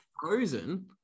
frozen